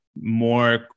more